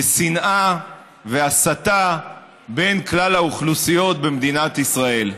ושנאה והסתה בין כלל האוכלוסיות במדינת ישראל.